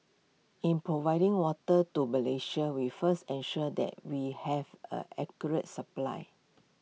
in providing water to Malaysia we first ensure that we have A accurate supply